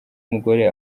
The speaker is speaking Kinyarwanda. umugore